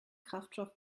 kraftstoff